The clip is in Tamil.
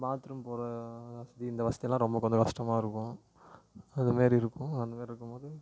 பாத்ரூம் போகிற வசதி இந்த வசதிலாம் ரொம்ப கொஞ்சம் கஷ்டமாக இருக்கும் அதுமாரி இருக்கும் அந்தமாரி இருக்கும் போது